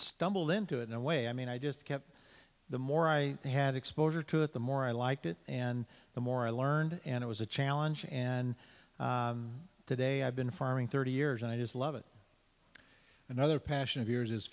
stumbled into it in a way i mean i just kept the more i had exposure to it the more i liked it and the more i learned and it was a challenge and today i've been farming thirty years and i just love it another passion